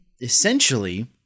essentially